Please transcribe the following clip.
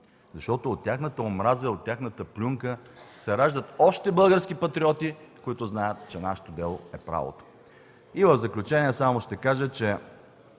защото от тяхната омраза и тяхната плюнка се раждат още български патриоти, които знаят, че нашето дело е правото! В заключение само ще кажа, че